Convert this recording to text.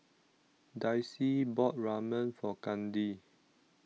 Dicy bought Ramen for Kandi